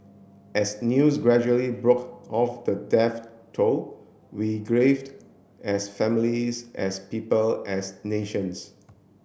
as news gradually broke of the death toll we graved as families as people as nations